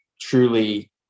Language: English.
truly